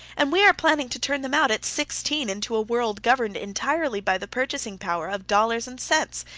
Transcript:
and we are planning to turn them out at sixteen into a world governed entirely by the purchasing power of dollars and cents!